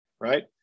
Right